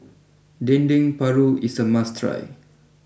Dendeng Paru is a must try